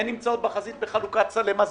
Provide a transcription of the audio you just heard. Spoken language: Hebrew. הן נמצאות בחזית בחלוקת סלי מזון,